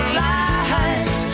lies